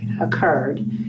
occurred